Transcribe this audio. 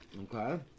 Okay